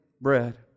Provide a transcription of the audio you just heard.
bread